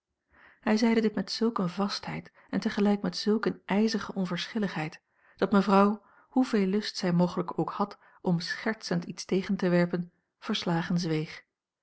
hij zeide dit met zulk eene vastheid en tegelijk met zulk eene ijzige onverschilligheid dat mevrouw hoeveel lust zij mogelijk ook had om schertsend iets tegen te werpen verslagen zweeg